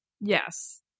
yes